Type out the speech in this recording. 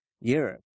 Europe